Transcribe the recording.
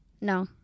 No